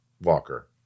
Walker